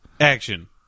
Action